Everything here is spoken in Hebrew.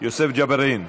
יוסף ג'בארין,